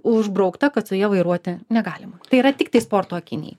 užbraukta kad su ja vairuoti negalima tai yra tiktai sporto akiniai